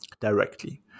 directly